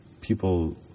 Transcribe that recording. people